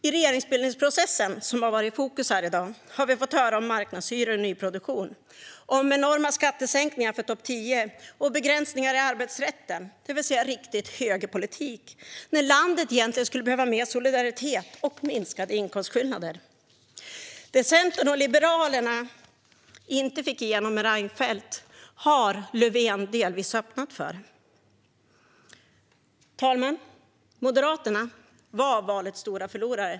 I regeringsbildningsprocessen, som varit i fokus här i dag, har vi fått höra om marknadshyror i nyproduktion, om enorma skattesänkningar för topp tio och begränsningar i arbetsrätten, det vill säga riktig högerpolitik, när landet egentligen skulle behöva mer solidaritet och minskade inkomstskillnader. Det som Centern och Liberalerna inte fick igenom med Reinfeldt har Löfven delvis öppnat för. Herr talman! Moderaterna var valets stora förlorare.